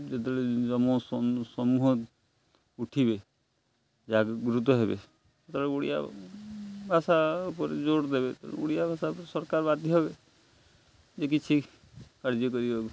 ଯେତେବେଳେ ସମୂହ ଉଠିବେ ଜାଗୃତ ହେବେ ସେତେବେଳେ ଓଡ଼ିଆ ଭାଷା ଉପରେ ଜୋର ଦେବେ ଓଡ଼ିଆ ଭାଷା ସରକାର ବାଧ୍ୟ ହେବେ ଯେ କିଛି କାର୍ଯ୍ୟ କରିବାକୁ